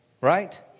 Right